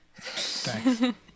Thanks